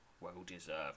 well-deserved